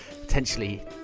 potentially